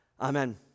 Amen